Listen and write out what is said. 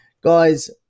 Guys